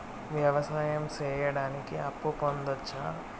వ్యవసాయం సేయడానికి అప్పు పొందొచ్చా?